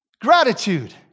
Gratitude